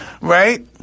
right